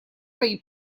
свои